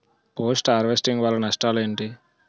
Post harvesting వల్ల నష్టాలు ఏంటి?